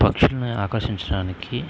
పక్షులని ఆకర్షించడానికి